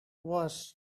worse